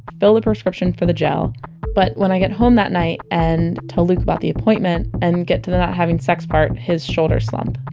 fill the prescription for the gel but when i get home that night and tell luke about the appointment and i get to the not having sex part his shoulders slump